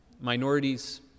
minorities